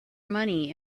money